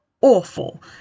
awful